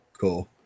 Cool